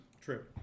True